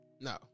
No